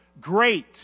great